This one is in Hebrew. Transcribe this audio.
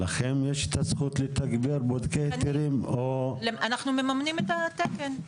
לכם יש את הזכות לתגבר בודקי היתרים או --- אנחנו מממנים את התקן.